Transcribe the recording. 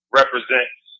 represents